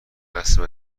قصد